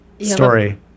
story